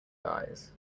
eyes